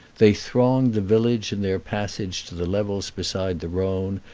they thronged the village in their passage to the levels beside the rhone,